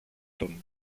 τον